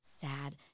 Sad